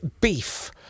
beef